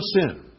sin